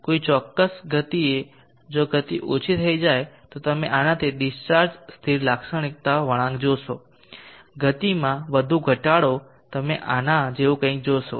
કોઈ ચોક્કસ આપેલ ગતિએ જો ગતિ ઓછી થઈ જાય તો તમે આનાથી ડીસ્ચાર્જ સ્થિર લાક્ષણિકતા વળાંક જોશો ગતિમાં વધુ ઘટાડો તમે આના જેવું કંઈક જોશો